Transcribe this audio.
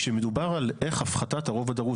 כשמדובר על איך הפחתת הרוב הדרוש